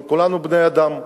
כולנו בני-אדם,